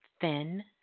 thin